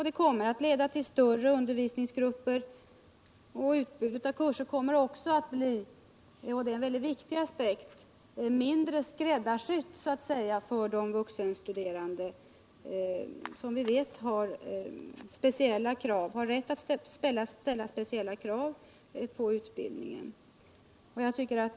Det kommer att leda till större undervisningsgrupper. Utbudet av kurser kommer också att bli — och det är en mycket viktig aspekt — mindre ”skräddarsytt” för de vuxenstuderande, som vi vet ställer speciella krav på den här utbildningen och har rätt att göra det.